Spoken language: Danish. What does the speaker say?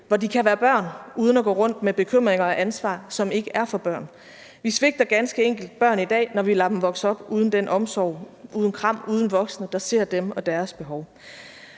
hvor de kan være børn uden at gå rundt med bekymringer og ansvar, som ikke er for børn. Vi svigter ganske enkelt børn i dag, når vi lader dem vokse op uden den omsorg, uden kram, uden voksne, der ser dem og deres behov.